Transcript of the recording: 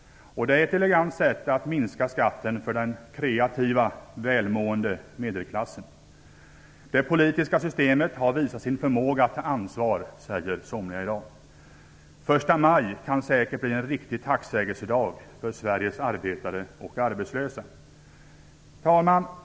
Det är ett elegant sätt att minska skatten för den kreativa, välmående medelklassen. Det politiska systemet har visat sin förmåga att ta ansvar, säger somliga i dag. Första maj kan säkert bli en riktig tacksägelsedag för Sveriges arbetare och arbetslösa. Herr talman!